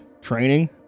training